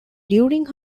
during